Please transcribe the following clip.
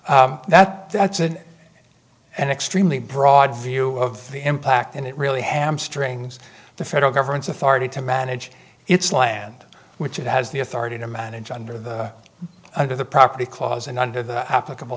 hat that's an an extremely broad view of the impact and it really hamstrings the federal government's authority to manage its land which it has the authority to manage under the under the property clause and under the applicable